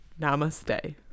Namaste